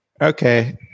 Okay